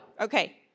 Okay